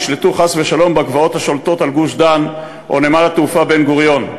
ישלטו חס ושלום בגבעות השולטות על גוש-דן או על נמל התעופה בן-גוריון.